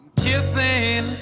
kissing